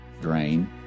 drain